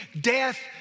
death